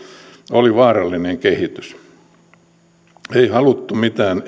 oli vaarallinen kehitys ei haluttu